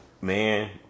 Man